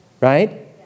right